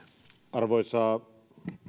arvoisa